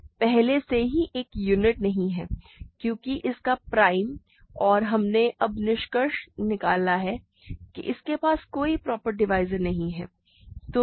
यह पहले से ही एक यूनिट नहीं है क्योंकि इसका प्राइम और हमने अब निष्कर्ष निकाला है कि इसके पास कोई प्रॉपर डिवाइज़र नहीं है